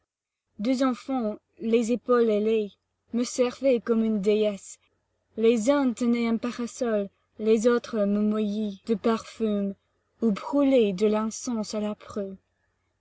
douze enfants les épaules ailées me servaient comme une déesse les uns tenaient un parasol les autres me mouillaient de parfums ou brûlaient de l'encens à la proue